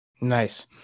Nice